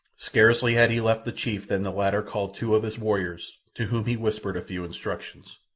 scarcely had he left the chief than the latter called two of his warriors, to whom he whispered a few instructions.